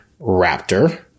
Raptor